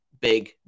big